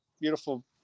beautiful